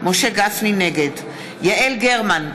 נגד יעל גרמן,